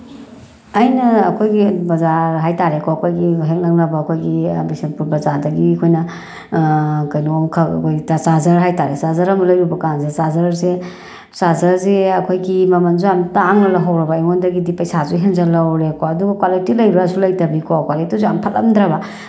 ꯑꯩꯅ ꯑꯩꯈꯣꯏꯒꯤ ꯕꯖꯥꯔ ꯍꯥꯏ ꯇꯥꯔꯦꯀꯣ ꯑꯩꯈꯣꯏꯒꯤ ꯍꯦꯛ ꯅꯛꯅꯕ ꯑꯩꯈꯣꯏꯒꯤ ꯕꯤꯁꯦꯟꯄꯨꯔ ꯕꯖꯥꯔꯗꯒꯤ ꯑꯩꯈꯣꯏꯅ ꯀꯩꯅꯣ ꯑꯃꯈꯛ ꯑꯩꯈꯣꯏ ꯆꯥꯔꯖꯔ ꯍꯥꯏ ꯇꯥꯔꯦ ꯆꯥꯔꯖꯔ ꯑꯃ ꯂꯩꯔꯨꯕ ꯀꯥꯟꯁꯦ ꯆꯥꯔꯖꯔꯁꯦ ꯆꯥꯔꯖꯔꯁꯦ ꯑꯩꯈꯣꯏꯒꯤ ꯃꯃꯜꯁꯨ ꯌꯥꯝ ꯇꯥꯡꯅ ꯂꯧꯍꯧꯔꯕ ꯑꯩꯉꯣꯟꯗꯒꯤꯗꯤ ꯄꯩꯁꯥꯁꯨ ꯍꯦꯟꯖꯤꯟꯍꯧꯔꯦꯀꯣ ꯑꯗꯨꯒ ꯀ꯭ꯋꯥꯂꯤꯇꯤ ꯂꯩꯕ꯭ꯔꯥꯁꯨ ꯂꯩꯇꯕꯤ ꯀꯣ ꯀ꯭ꯋꯥꯂꯤꯇꯤꯁꯨ ꯌꯥꯝ ꯐꯠꯂꯝꯗ꯭ꯔꯕ